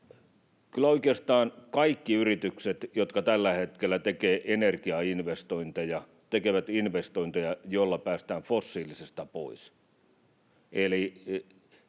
Kyllä oikeastaan kaikki yritykset, jotka tällä hetkellä tekevät energiainvestointeja, tekevät investointeja, joilla päästään fossiilisesta pois.